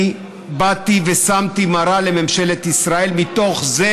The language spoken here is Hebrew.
אני באתי ושמתי מראה לממשלת ישראל מתוך זה